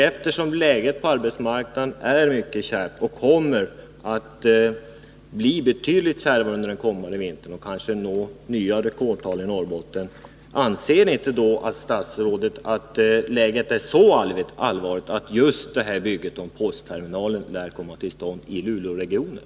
Eftersom läget på arbetsmarknaden är mycket kärvt och kommer att bli betydligt kärvare under den kommande vintern — kanske kommer nya rekordtal att nås i Norrbotten — vill jag fråga statsrådet om han inte anser att läget är så allvarligt att postterminalen bör komma till stånd i Luleåregionen.